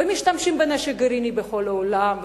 ומשתמשים בנשק גרעיני בכל העולם,